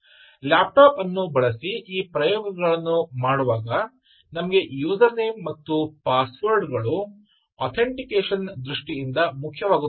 ಆದ್ದರಿಂದ ಲ್ಯಾಪ್ಟಾಪ್ ಬಳಸಿ ಈ ಪ್ರಯೋಗಗಳನ್ನು ಮಾಡುವಾಗ ನಮಗೆ ಯೂಸರ್ ನೇಮ್ ಮತ್ತು ಪಾಸ್ವರ್ಡ್ಗಳು ಆಥೆಂಟಿಕೇಷನ್ ದೃಷ್ಟಿಕೋನದಿಂದ ಮುಖ್ಯವಾಗುತ್ತವೆ